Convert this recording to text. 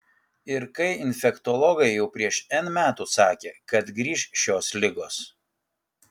ir kai infektologai jau prieš n metų sakė kad grįš šios ligos